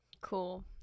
Cool